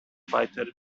fighter